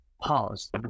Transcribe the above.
pause